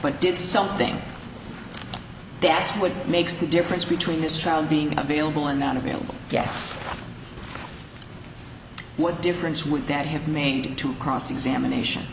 but did something that's what makes the difference between this trial being available and not available yes what difference would that have made to cross examination